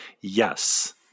Yes